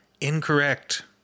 incorrect